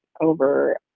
over